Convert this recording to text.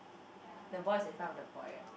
the boy is in front of the boy right